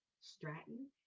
Stratton